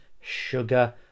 sugar